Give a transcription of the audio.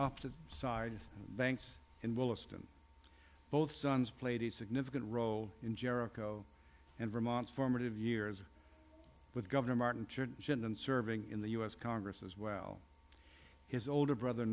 opposite side banks in willesden both sons played a significant role in jericho and vermont's formative years with governor martin sheen and serving in the u s congress as well his older brother